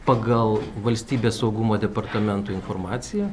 pagal valstybės saugumo departamento informaciją